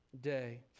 day